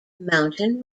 mountain